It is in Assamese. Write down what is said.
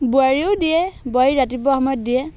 বোৱাৰীয়েও দিয়ে বোৱাৰী ৰাতিপুৱা সময়ত দিয়ে